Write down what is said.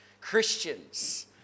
Christians